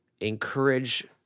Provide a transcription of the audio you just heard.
encourage